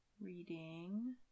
reading